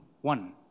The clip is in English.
One